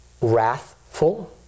wrathful